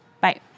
Bye